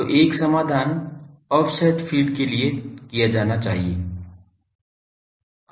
तो एक समाधान ऑफसेट फीड के लिए जाना है